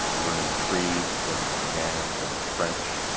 learning cree, learning piegan, learning french,